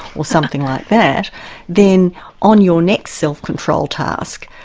or something like that then on your next self-control task,